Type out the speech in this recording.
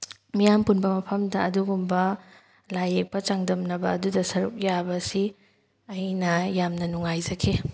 ꯃꯤꯌꯥꯝ ꯄꯨꯟꯕ ꯃꯐꯝꯗ ꯑꯗꯨꯒꯨꯝꯕ ꯂꯥꯏ ꯌꯦꯛꯄ ꯆꯥꯡꯗꯝꯅꯕ ꯑꯗꯨꯗ ꯁꯔꯨꯛ ꯌꯥꯕꯁꯤ ꯑꯩꯅ ꯌꯥꯝꯅ ꯅꯨꯡꯉꯥꯏꯖꯈꯤ